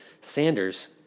Sanders